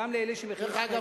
דרך אגב,